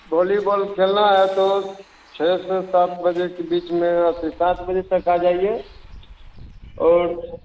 volleyball खेलना है तो छः से सात बजे के बीच में आकी सात बजे तक आ जाइए और